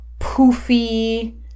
poofy